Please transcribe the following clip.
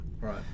right